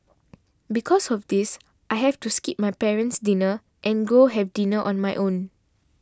because of this I have to skip my parent's dinner and go have dinner on my own